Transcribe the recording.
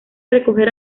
recoger